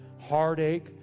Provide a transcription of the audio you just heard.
heartache